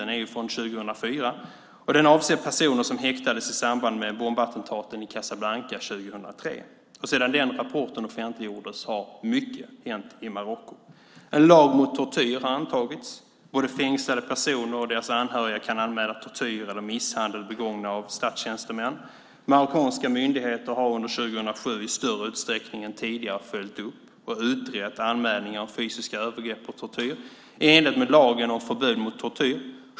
Den är från 2004 och avser personer som häktades i samband med bombattentaten i Casablanca 2003. Sedan den rapporten offentliggjordes har mycket hänt i Marocko. En lag mot tortyr har antagits. Både fängslade personer och deras anhöriga kan anmäla tortyr eller misshandel begångna av statstjänstemän. Marockanska myndigheter har under 2007 i större utsträckning än tidigare följt upp och utrett anmälningar om fysiska övergrepp och tortyr i enlighet med lagen om förbud mot tortyr.